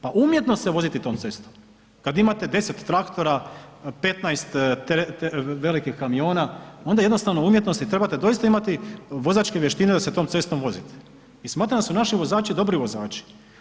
Pa umjetnost se voziti tom cestom kad imate 10 traktora, 15 velikih kamiona, onda jednostavno u umjetnosti trebate doista imati vozačke vještine da se tom cestom vozite i smatram da su naši vozači dobri vozači.